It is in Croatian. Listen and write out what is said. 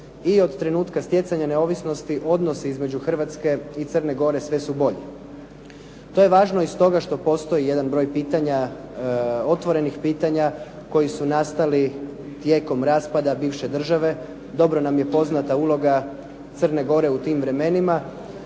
i od trenutka stjecanja neovisnosti odnosi između Hrvatske i Crne Gore sve su bolji. To je važno i stoga što postoji jedan broj pitanja, otvorenih pitanja koji su nastali tijekom raspada bivše države. Dobro nam je poznata uloga Crne Gore u tim vremenima,